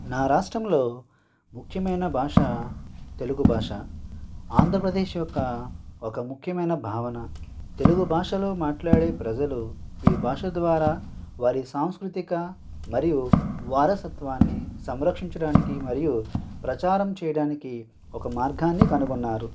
నా రాష్ట్రంలో ముఖ్యమైన భాష తెలుగు భాష ఆంధ్రప్రదేశ్ యొక్క ఒక ముఖ్యమైన భావన తెలుగు భాషలో మాట్లాడే ప్రజలు ఈ భాష ద్వారా వారి సాంస్కృతిక మరియు వారసత్వాన్ని సంరక్షించడానికి మరియు ప్రచారం చేయడానికి ఒక మార్గాన్ని కనుగొన్నారు